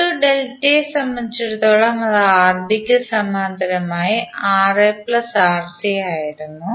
R12 ഡെൽറ്റയെ സംബന്ധിച്ചിടത്തോളം അത് Rb കു സമാന്തരമായി Ra Rc ആയിരുന്നു